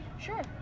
Sure